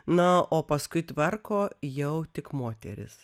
na o paskui tvarko jau tik moteris